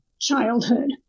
childhood